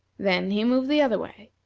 then he moved the other way.